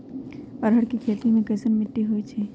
अरहर के खेती मे कैसन मिट्टी होइ?